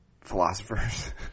philosophers